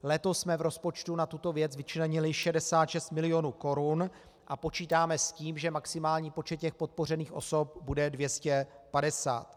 Letos jsme v rozpočtu na tuto věc vyčlenili 66 milionů korun a počítáme s tím, že maximální počet těch podpořených osob bude 250.